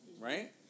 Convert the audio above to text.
right